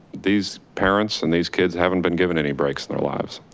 these parents and these kids haven't been given any breaks in their lives.